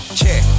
check